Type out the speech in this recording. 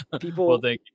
people